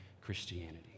Christianity